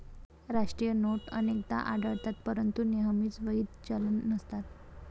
राष्ट्रीय नोट अनेकदा आढळतात परंतु नेहमीच वैध चलन नसतात